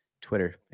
Twitter